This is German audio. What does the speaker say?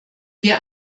wir